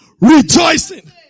rejoicing